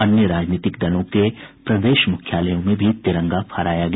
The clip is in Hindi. अन्य राजनीतिक दलों के प्रदेश मुख्यालयों में भी तिरंगा फहराया गया